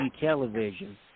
television